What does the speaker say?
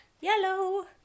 Yellow